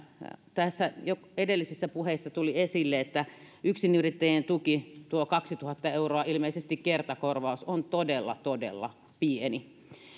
tässä jo edellisissä puheissa tuli esille että yksinyrittäjien tuki tuo kaksituhatta euroa ilmeisesti kertakorvaus on todella todella pieni